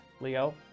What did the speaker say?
Leo